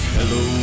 Hello